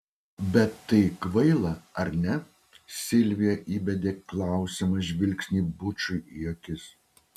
bet tai kvaila ar ne silvija įbedė klausiamą žvilgsnį bučui į akis